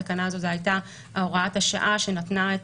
התקנה הזאת הייתה הוראת השעה שנתנה את